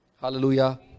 Hallelujah